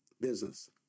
business